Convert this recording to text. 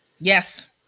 Yes